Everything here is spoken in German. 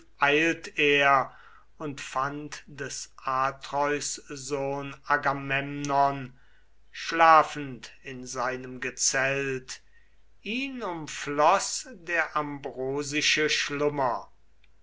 er und fand des atreus sohn agamemnon schlafend in seinem gezelt ihn umfloß der ambrosische schlummer